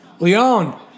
Leon